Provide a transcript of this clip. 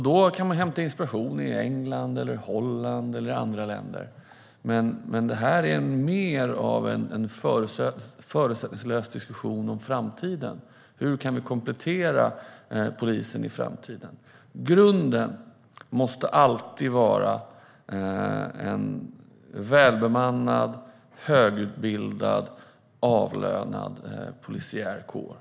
Då kan man hämta inspiration i England, Holland eller andra länder, men detta är mer av en förutsättningslös diskussion om framtiden. Hur kan vi komplettera polisen i framtiden? Grunden måste alltid vara en välbemannad, högutbildad, avlönad polisiär kår.